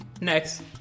Next